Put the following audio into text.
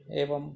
एवम्